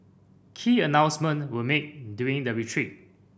key announcement were made during the retreat